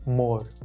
more